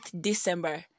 December